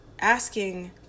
asking